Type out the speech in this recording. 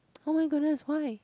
oh my goodness why